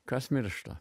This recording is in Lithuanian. kas miršta